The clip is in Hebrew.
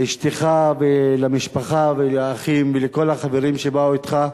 לאשתך, ולמשפחה, ולאחים, ולכל החברים שבאו אתך,